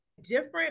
different